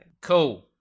Cool